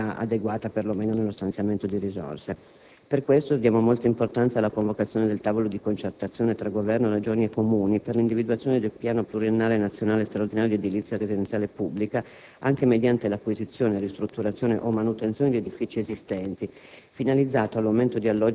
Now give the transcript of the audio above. ha affrontato in maniera adeguata, perlomeno nello stanziamento di risorse. Per questo diamo molta importanza alla convocazione del tavolo di concertazione tra Governo, Regioni e Comuni per l'individuazione di un piano pluriennale nazionale straordinario di edilizia residenziale pubblica, anche mediante l'acquisizione, ristrutturazione o manutenzione di edifici esistenti,